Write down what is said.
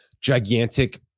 gigantic